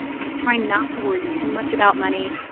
she's trying not to worry too much about money,